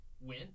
Win